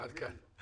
אבל לענייננו,